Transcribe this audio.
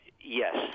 Yes